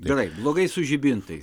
gerai blogai su žibintais